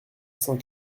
cent